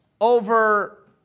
over